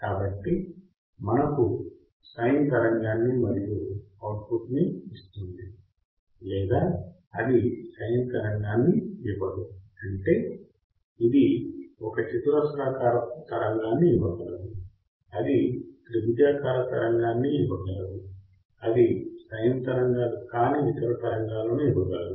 కాబట్టి అది మనకు సైన్ తరంగాన్ని మరియు అవుట్పుట్ ని ఇస్తుంది లేదా అది సైన్ తరంగాన్ని ఇవ్వదు అంటే ఇది ఒక చతురస్రాకారపు తరంగాన్ని ఇవ్వగలదు అది త్రిభుజాకార తరంగాన్ని ఇవ్వగలదు అది సైన్ తరంగాలు కాని ఇతర తరంగాలను ఇవ్వగలదు